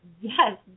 yes